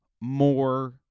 more